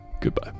goodbye